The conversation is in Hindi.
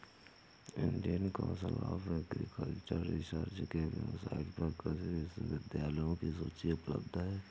Indian council of agricultural research के वेबसाइट पर कृषि विश्वविद्यालयों की सूची उपलब्ध है